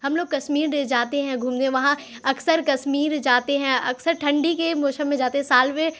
ہم لوگ کشمیر جاتے ہیں گھومنے وہاں اکثر کشمیر جاتے ہیں اکثر ٹھنڈی کے موشم میں جاتے ہیں سال ویں